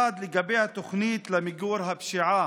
לגבי התוכנית למיגור הפשיעה.